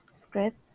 script